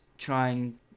trying